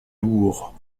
lourd